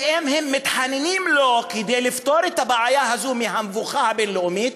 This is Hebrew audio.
ואם הם מתחננים לפניו כדי לפתור את הבעיה הזו מהמבוכה הבין-לאומית,